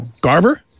Garver